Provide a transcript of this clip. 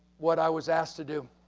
what i was asked to do.